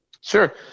Sure